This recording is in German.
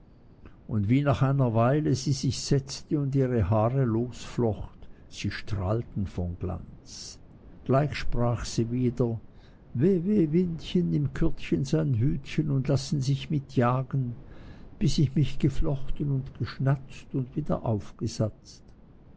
und wie nach einer weile sie sich setzte und ihre haare losflocht die strahlten von glanz gleich sprach sie wieder weh weh windchen faß kürdchen sein hütchen und laß'n sich mit jagen bis daß ich mich geflochten und geschnatzt und wieder aufgesatzt